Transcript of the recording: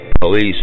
police